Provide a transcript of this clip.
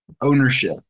ownership